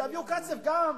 שיביאו כסף גם,